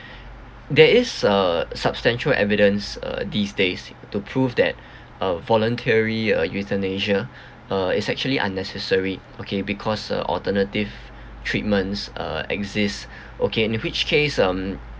there is a substantial evidence uh these days to prove that uh voluntary uh euthanasia uh is actually unnecessary okay because uh alternative treatments uh exist okay in which case um